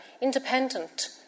independent